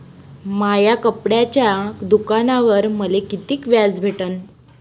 माया कपड्याच्या दुकानावर मले कितीक व्याज भेटन?